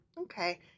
Okay